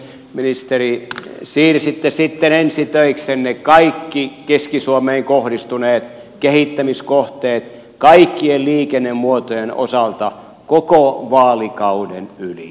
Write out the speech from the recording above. ministeri siirsitte sitten ensi töiksenne kaikki keski suomeen kohdistuneet kehittämiskohteet kaikkien liikennemuotojen osalta koko vaalikauden yli